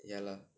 ya lah